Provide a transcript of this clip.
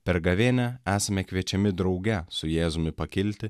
per gavėnią esame kviečiami drauge su jėzumi pakilti